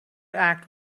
act